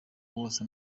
wose